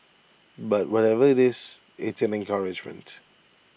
but whatever IT is it's an encouragement